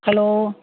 hello